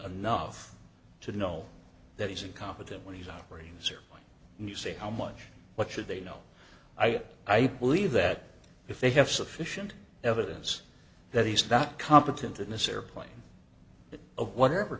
enough to know that he's a competent when he's operating officer and you say how much what should they know i i believe that if they have sufficient evidence that he's not competent in this airplane that of whatever